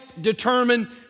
determine